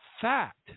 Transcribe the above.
fact